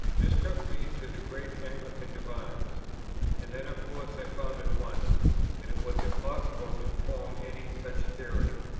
this took me to the great anglican divines and then of course i found at once that it was impossible to form any such theory,